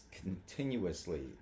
continuously